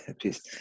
Peace